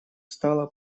стало